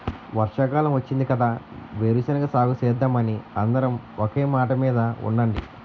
వర్షాకాలం వచ్చింది కదా వేరుశెనగ సాగుసేద్దామని అందరం ఒకే మాటమీద ఉండండి